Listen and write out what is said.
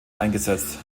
eingesetzt